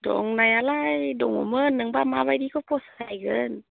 दंनायालाय दङमोन नोंबा मा बायदिखौ फसायगोन